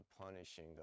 punishing